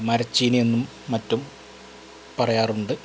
മരച്ചീനി എന്നും മറ്റും പറയാറുണ്ട്